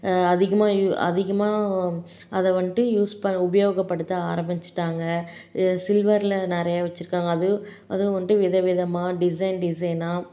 அதிகமாக யூ அதிகமாக அதை வந்துட்டு யூஸ் ப உபயோகப்படுத்த ஆரமிச்சிட்டாங்கள் சில்வர்ல நிறைய வச்சிருக்காங்கள் அதுவும் அதுவும் வந்துட்டு விதவிதமாக டிசைன் டிசைனாக